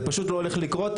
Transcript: זה פשוט לא הולך לקרות.